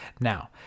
Now